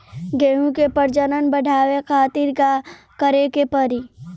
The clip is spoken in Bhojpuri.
गेहूं के प्रजनन बढ़ावे खातिर का करे के पड़ी?